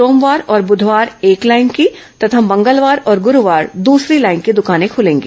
सोमवार और बुधवार ेएक लाईन की तथा मंगलवार और गुरूवार दूसरी लाईन की द्वान खुलेगी